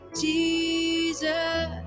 Jesus